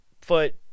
foot